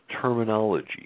terminology